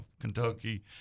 Kentucky